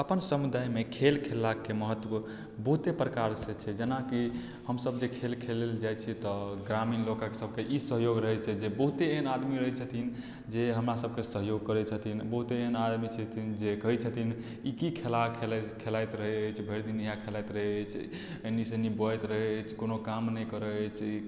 अपन समुदायमे खेल खेललाके महत्व बहुते प्रकारसे छै जेनाकि हमसभ जे खेल खेलै लेल जाइ छियै तऽ ग्रामीण लोक सभकेँ ई सहयोग रहै छै जे बहुते एहन आदमी रहै छथिन जे हमरा सभकेँ सहयोग करै छथिन बहुत एहन आदमी छथिन जे कहै छथिन ई की खेला खेलाइत रहै अछि भरि दिन खेलाइत रहै अछि एने से ओने बौआइत रहै छै कोनो काम नहि करै अछि